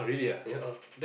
ya